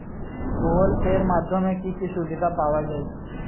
Google Pay এর মাধ্যমে কি কি সুবিধা পাওয়া যায়?